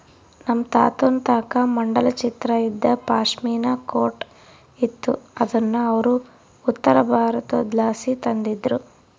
ನಮ್ ತಾತುನ್ ತಾಕ ಮಂಡಲ ಚಿತ್ರ ಇದ್ದ ಪಾಶ್ಮಿನಾ ಕೋಟ್ ಇತ್ತು ಅದುನ್ನ ಅವ್ರು ಉತ್ತರಬಾರತುದ್ಲಾಸಿ ತಂದಿದ್ರು